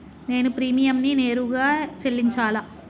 నేను ప్రీమియంని నేరుగా చెల్లించాలా?